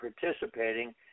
participating